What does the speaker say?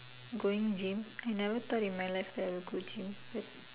going gym I never thought in my life that I would go gym